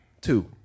Two